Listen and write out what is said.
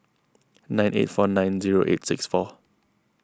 nine eight four nine zero eight six four